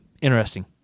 interesting